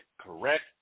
correct